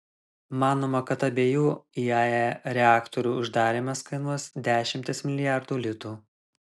manoma kad abiejų iae reaktorių uždarymas kainuos dešimtis milijardų litų